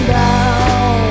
down